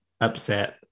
upset